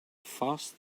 fast